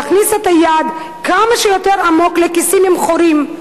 להכניס את היד כמה שיותר עמוק לכיסים עם חורים,